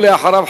ולאחריו,